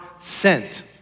sent